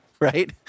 right